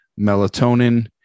melatonin